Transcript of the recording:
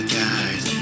guys